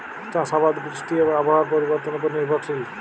চাষ আবাদ বৃষ্টি এবং আবহাওয়ার পরিবর্তনের উপর নির্ভরশীল